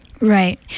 Right